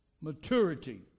Maturity